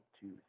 two